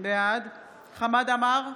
בעד חמד עמאר,